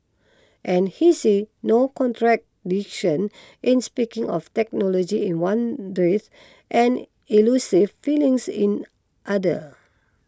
and he sees no contradiction in speaking of technology in one breath and elusive feelings in other